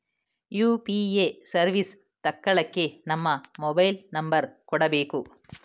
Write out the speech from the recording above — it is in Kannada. ಯು.ಪಿ.ಎ ಸರ್ವಿಸ್ ತಕ್ಕಳ್ಳಕ್ಕೇ ನಮ್ಮ ಮೊಬೈಲ್ ನಂಬರ್ ಕೊಡಬೇಕು